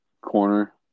corner